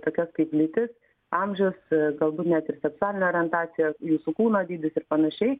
tokias kaip lytis amžius galbūt net ir seksualinė orientacija jūsų kūno dydis ir panašiai